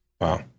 Wow